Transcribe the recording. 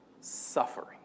suffering